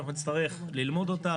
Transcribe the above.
אנחנו נצטרך ללמוד אותה,